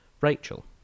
Rachel